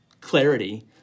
clarity